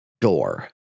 door